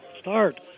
start